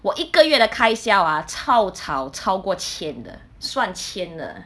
我一个月的开销啊潮潮超过千的算千的